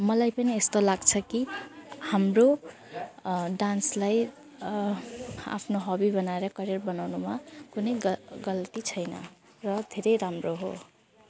मलाई पनि यस्तो लाग्छ कि हाम्रो डान्सलाई आफ्नो हबी बनाएर करियर बनाउनुमा कुनै ग गल्ती छैन र धेरै राम्रो हो